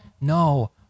no